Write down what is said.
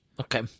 Okay